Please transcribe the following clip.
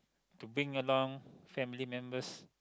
to bring along family members